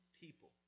people